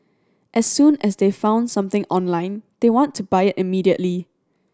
as soon as they've found something online they want to buy it immediately